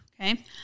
okay